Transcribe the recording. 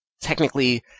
technically